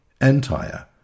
entire